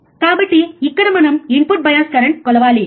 కాబట్టి ఇక్కడ మనం ఇన్పుట్ బయాస్ కరెంట్ కొలవాలి